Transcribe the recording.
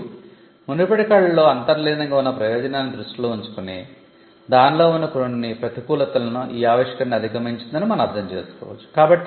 మరియు మునుపటి కళలో అంతర్లీనంగా ఉన్న ప్రయోజనాన్ని దృష్టిలో ఉంచుకుని దాన్లో ఉన్న కొన్ని ప్రతికూలతలను ఈ ఆవిష్కరణ అధిగమించిందని మనం అర్థం చేసుకోవచ్చు